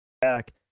back